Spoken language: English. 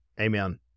Amen